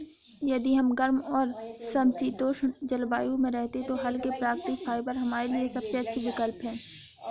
यदि हम गर्म और समशीतोष्ण जलवायु में रहते हैं तो हल्के, प्राकृतिक फाइबर हमारे लिए सबसे अच्छे विकल्प हैं